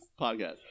podcast